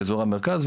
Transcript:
באזור המרכז,